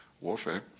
warfare